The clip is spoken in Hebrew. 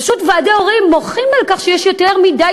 פשוט ועדי הורים מוחים על כך שיש יותר מדי